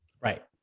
right